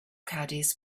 caddies